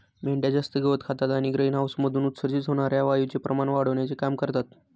मेंढ्या जास्त गवत खातात आणि ग्रीनहाऊसमधून उत्सर्जित होणार्या वायूचे प्रमाण वाढविण्याचे काम करतात